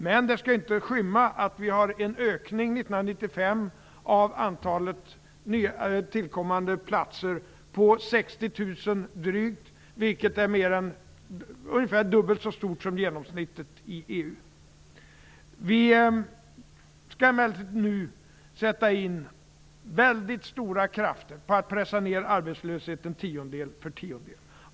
Men det skall inte skymma det faktum att antalet tillkommande platser för 1995 är drygt 60 000, vilket är ungefär dubbelt så mycket som genomsnittet i EU. Vi skall emellertid nu sätta in stora krafter på att pressa ned arbetslösheten tiondel för tiondel.